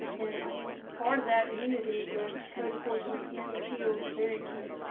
and and like part of that unity is code enforcement and appeals and variances.